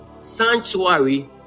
sanctuary